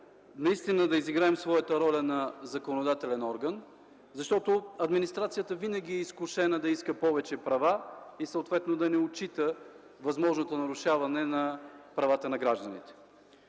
да можем да изиграем своята роля на законодателен орган, защото администрацията винаги е изкушена да иска повече права и съответно да не отчита възможното нарушаване на правата на гражданите.